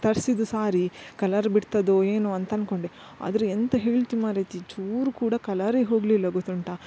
ತರ್ಸಿದ sari colour ಬಿಡ್ತದೋ ಏನೋ ಅಂತ ಅನ್ಕೊಂಡೆ ಆದರೆ ಎಂತ ಹೇಳ್ತಿ ಮಾರಾಯ್ತೀ ಚೂರು ಕೂಡ ಕಲರೇ ಹೋಗಲಿಲ್ಲ ಗೊತ್ತುಂಟ